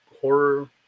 horror